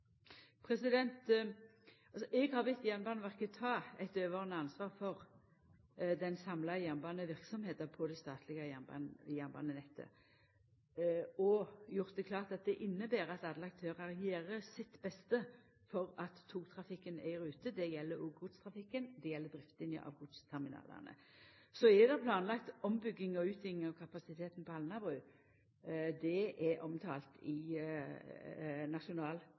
Eg har bedt Jernbaneverket om å ta eit overordna ansvar for den samla jernbaneverksemda på det statlege jernbanenettet, og gjort det klart at det inneber at alle aktørar gjer sitt beste for at togtrafikken er i rute. Det gjeld òg godstrafikken, det gjeld driftinga av godsterminalane. Så er det planlagt ombygging og utviding av kapasiteten på Alnabru. Det er omtalt i Nasjonal